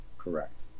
Correct